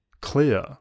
clear